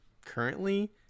currently